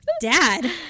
Dad